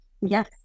Yes